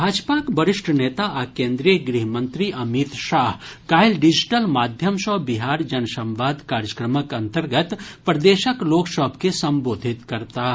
भाजपाक वरिष्ठ नेता आ केंद्रीय गृह मंत्री अमित शाह काल्हि डिजिटल माध्यम सँ बिहार जनसंवाद कार्यक्रमक अंतर्गत प्रदेशक लोक सभ के संबोधित करताह